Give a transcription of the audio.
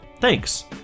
Thanks